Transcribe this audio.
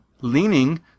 leaning